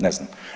Ne znam.